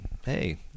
hey